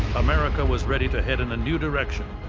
america was ready to head in a new direction